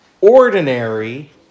ordinary